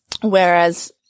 Whereas